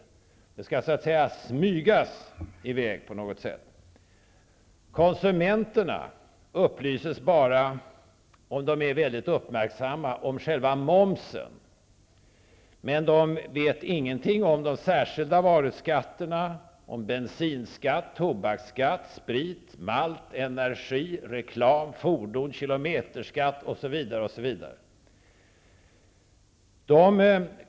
Sådant skall så att säga smygas i väg. Konsumenterna blir bara, om de är väldigt uppmärksamma, upplysta om själva momsen, men de vet ingenting om de särskilda varuskatterna -- om bensinskatt, tobaksskatt, spritskatt, maltskatt, energiskatt, reklamskatt, fordonsskatt, kilometerskatt osv.